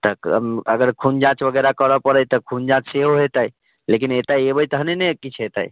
तऽ अगर खून जाँच वगैरह करऽ पड़ै तऽ खून जाँच सेहो हेतै लेकिन एतऽ एबै तहने ने किछु हेतै